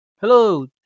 Hello